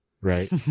right